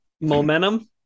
Momentum